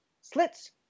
slits